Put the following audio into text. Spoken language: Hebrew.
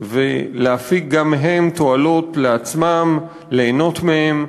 ולהפיק גם מהן תועלות לעצמם, ליהנות מהן,